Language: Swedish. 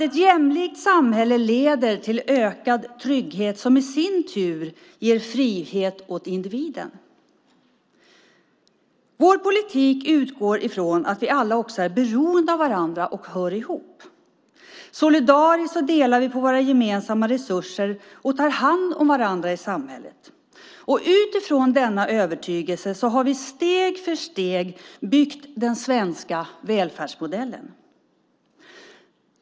Ett jämlikt samhälle leder till ökad trygghet som i sin tur ger frihet till individen. Vår politik utgår från att vi alla också är beroende av varandra och hör ihop. Solidariskt delar vi på våra gemensamma resurser och tar hand om varandra i samhället. Utifrån denna övertygelse har vi steg för steg byggt den svenska välfärdsmodellen.